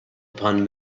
upon